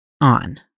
on